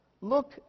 Look